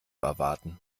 erwarten